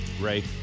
Ray